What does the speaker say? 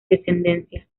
descendencia